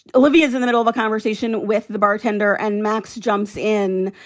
olivia is in the middle of a conversation with the bartender and max jumps in.